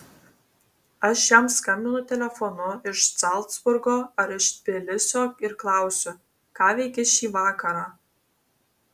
aš jam skambinu telefonu iš zalcburgo ar iš tbilisio ir klausiu ką veiki šį vakarą